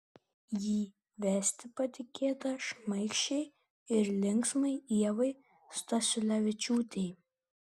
jį vesti patikėta šmaikščiai ir linksmai ievai stasiulevičiūtei